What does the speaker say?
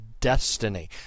destiny